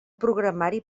programari